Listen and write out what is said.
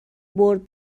برد